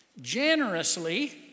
Generously